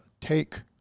take